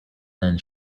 then